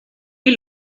wie